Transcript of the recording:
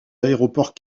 aéroports